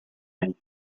and